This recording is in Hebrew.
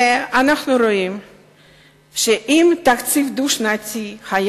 ואנחנו רואים שאם התקציב הדו-שנתי היה